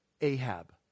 Ahab